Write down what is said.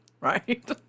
Right